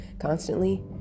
constantly